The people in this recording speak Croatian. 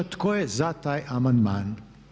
Tko je za taj amandman?